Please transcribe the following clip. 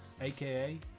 aka